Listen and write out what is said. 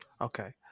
Okay